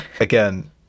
again